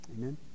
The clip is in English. Amen